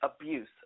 abuse